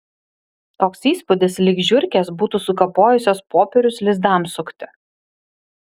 toks įspūdis lyg žiurkės būtų sukapojusios popierius lizdams sukti